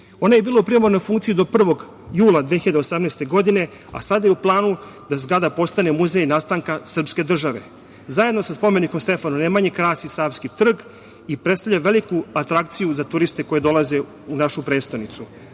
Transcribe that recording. Ona je bila u primarnoj funkciji do 1. jula 2018. godine, a sada je u planu da zgrada postane muzej nastanka srpske države. Zajedno sa spomenikom Stefana Nemanje krasi Savski trg i predstavlja veliko atrakciju za turiste koji dolaze u našu prestonicu. Naravno,